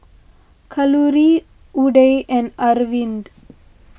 Kalluri Udai and Arvind